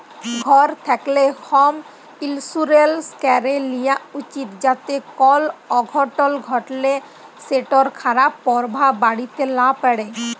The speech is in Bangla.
ঘর থ্যাকলে হম ইলসুরেলস ক্যরে লিয়া উচিত যাতে কল অঘটল ঘটলে সেটর খারাপ পরভাব বাড়িতে লা প্যড়ে